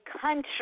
country